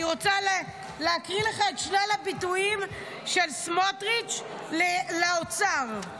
אני רוצה להקריא לך את שלל הביטויים של סמוטריץ' לאוצר,